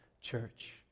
church